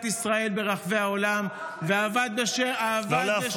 ישראל ברחבי העולם ועבד ----- לא להפריע.